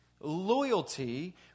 Loyalty